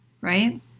Right